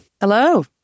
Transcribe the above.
Hello